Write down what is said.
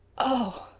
oh,